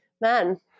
men